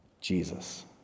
Jesus